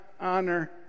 honor